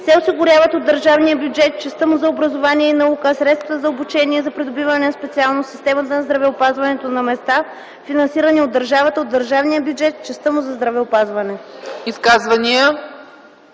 се осигуряват от държавния бюджет в частта му за образованието и науката, а средствата за обучение за придобиване на специалност в системата на здравеопазването на места, финансирани от държавата – от държавния бюджет в частта му за здравеопазването.”